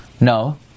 No